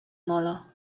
molo